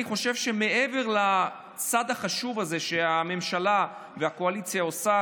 אני חושב שמעבר לצד החשוב הזה שהממשלה והקואליציה עושות,